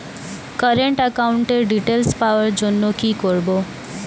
Current একাউন্টের details পাওয়ার জন্য কি করব?